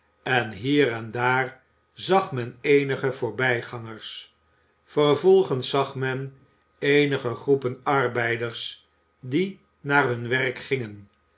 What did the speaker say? en hier en daar zag men eenige voorbijgangers vervolgens zag men eenige groepen arbeiders die naar hun werk gingen